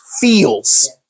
feels